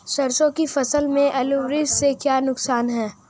सरसों की फसल में ओलावृष्टि से क्या नुकसान है?